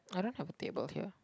I don't have a table here